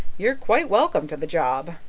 you're quite welcome to the job.